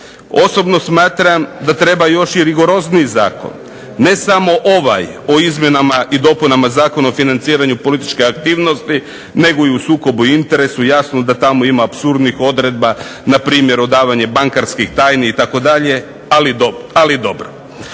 Osobno smatram da treba još i rigorozniji zakon, ne samo ovaj o izmjenama i dopunama Zakona o financiranju političke aktivnosti nego i u sukobu interesa. Jasno da tamo ima apsurdnih odredbi, npr. odavanje bankarskih tajni itd., ali dobro.